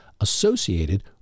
associated